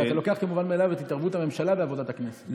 ואתה לוקח כמובן מאליו את התערבות הממשלה בעבודת הכנסת.